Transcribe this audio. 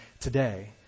today